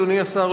אדוני השר,